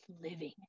living